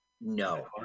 No